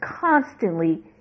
constantly